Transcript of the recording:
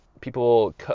people